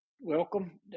welcome